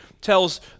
tells